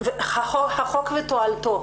החוק ותועלתו.